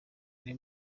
ari